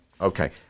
okay